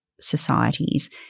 societies